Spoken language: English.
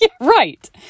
right